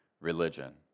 religion